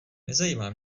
nezajímá